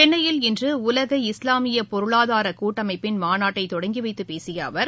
சென்னையில் இன்று உலக இஸ்லாமிய பொருளாதார கூட்டமைப்பின் மாநாட்டை தொடங்கிவைத்துப் பேசிய அவர்